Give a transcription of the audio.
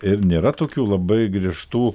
ir nėra tokių labai griežtų